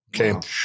Okay